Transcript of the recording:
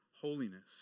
holiness